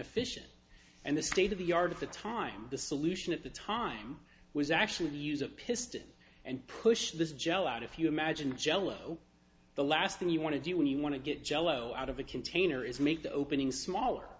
efficient and the state of the art at the time the solution at the time was actually use a piston and push this gel out if you imagine jello the last thing you want to do when you want to get jello out of a container is make the opening smaller